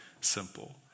simple